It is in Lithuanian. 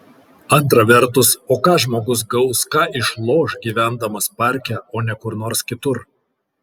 antra vertus o ką žmogus gaus ką išloš gyvendamas parke o ne kur nors kitur